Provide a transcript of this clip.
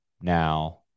Now